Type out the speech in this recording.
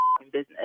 business